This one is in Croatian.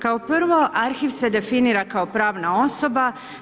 Kao prvo arhiv se definira kao pravna osoba.